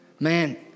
Man